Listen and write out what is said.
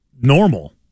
normal